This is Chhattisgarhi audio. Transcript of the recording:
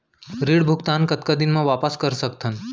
ऋण भुगतान कतका दिन म वापस कर सकथन?